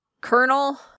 colonel